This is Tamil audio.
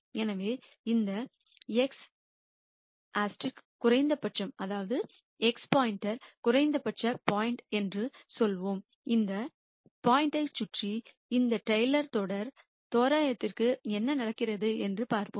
எனவே இந்த x குறைந்தபட்ச பாயிண்ட் என்று சொல்வோம் இந்த பாயிண்ட்யைச் சுற்றி இந்த டெய்லர் தொடர் தோராயத்திற்கு என்ன நடக்கிறது என்று பார்ப்போம்